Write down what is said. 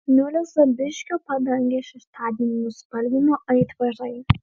niūrią zapyškio padangę šeštadienį nuspalvino aitvarai